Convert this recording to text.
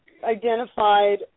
Identified